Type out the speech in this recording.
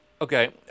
Okay